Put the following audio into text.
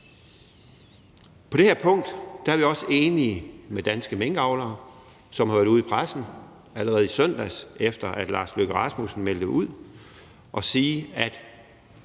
På det her punkt er vi også enige med Danske Minkavlere, som allerede i søndags, efter at Lars Løkke Rasmussen meldte ud, har